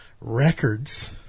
records